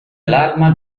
alarma